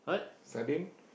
sardine